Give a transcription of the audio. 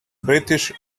british